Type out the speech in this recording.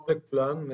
שלום לכולם.